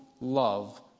love